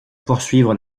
poursuivre